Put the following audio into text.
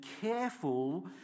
careful